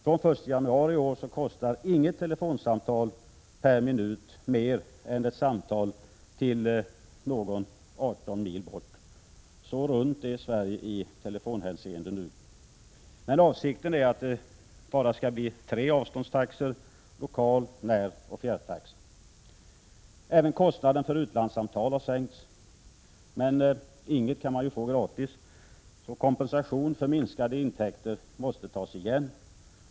Från den 1 januari i år kostar inget telefonsamtal per minut mer än ett samtal till någon 18 mil bort. Så runt är Sverige i telefonhänseende nu. Men avsikten är att det bara skall bli tre avståndstaxor: lokal-, näroch fjärrtaxa. Även kostnaden för utlandssamtal har sänkts. Men inget kan man få gratis. Kompensation för minskade intäkter måste tas ut.